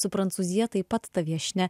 su prancūzija taip pat ta viešnia